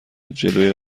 جلوی